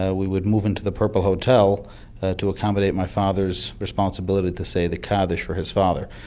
ah we would move into the purple hotel to accommodate my father's responsibility to say the kaddish for his father.